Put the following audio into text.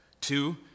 Two